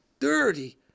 dirty